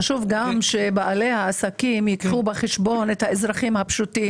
חשוב גם שבעלי העסקים ייקחו בחשבון את האזרחים הפשוטים,